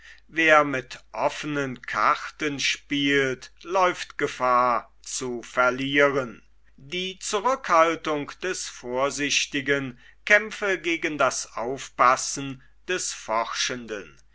wer mit offenen karten spielt läuft gefahr zu verlieren die zurückhaltung des vorsichtigen kämpfe gegen das aufpassen des forschenden